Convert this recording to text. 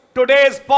today's